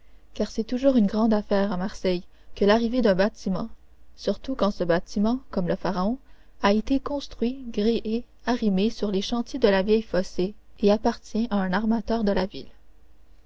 car c'est toujours une grande affaire à marseille que l'arrivée d'un bâtiment surtout quand ce bâtiment comme le pharaon a été construit gréé arrimé sur les chantiers de la vieille phocée et appartient à un armateur de la ville